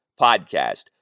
podcast